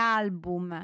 album